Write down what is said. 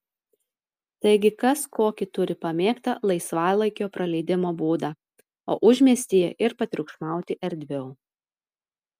taigi kas kokį turi pamėgtą laisvalaikio praleidimo būdą o užmiestyje ir patriukšmauti erdviau